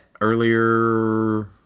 earlier